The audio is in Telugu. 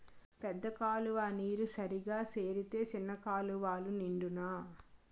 పెద్ద కాలువ నీరు సరిగా సేరితే సిన్న కాలువలు నిండునా